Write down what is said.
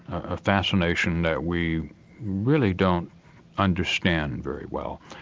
a fascination that we really don't understand very well,